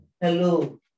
Hello